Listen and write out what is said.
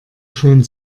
schon